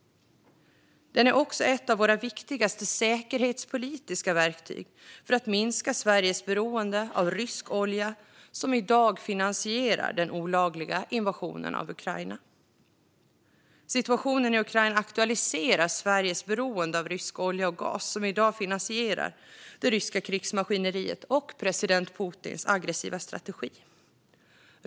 Den är också ett av våra viktigaste säkerhetspolitiska verktyg för att minska Sveriges beroende av rysk olja, som i dag finansierar den olagliga invasionen av Ukraina. Situationen i Ukraina aktualiserar Sveriges beroende av rysk olja och gas, som i dag finansierar det ryska krigsmaskineriet och president Putins aggressiva strategi.